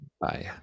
Bye